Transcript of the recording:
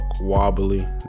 wobbly